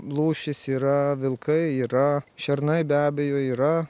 lūšys yra vilkai yra šernai be abejo yra